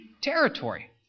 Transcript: Territory